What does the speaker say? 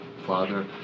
father